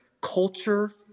culture